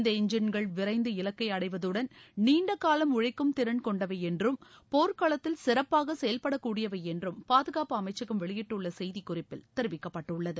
இந்த எஞ்சின்கள் விரைந்து இலக்கை அடைவதுடன் நீண்ட காலம் உழைக்கும் திறன் கொண்டவை என்றும் போர்க்களத்தில் சிறப்பாக செயல்படக்கூடியவை என்றும் பாதுகாப்பு அமைச்சகம் வெளியிட்டுள்ள செய்திக் குறிப்பில் தெரிவிக்கப்பட்டுள்ளது